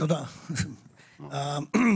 תראו,